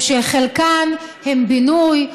שחלקן הן בינוי,